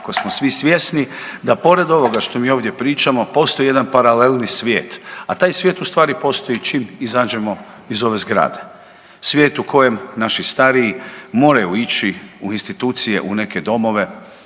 ako smo svi svjesni da pored ovoga što mi ovdje pričamo postoji jedan paralelni svijet, a taj svijet ustvari postoji čim izađemo iz ove zgrade, svijet u kojem naši stariji moraju ići u institucije, u neke domove